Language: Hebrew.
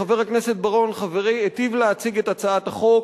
חבר הכנסת בר-און חברי היטיב להציג את הצעת החוק,